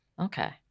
Okay